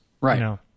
Right